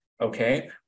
Okay